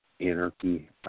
Anarchy